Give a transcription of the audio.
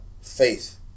faith